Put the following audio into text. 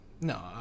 No